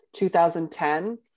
2010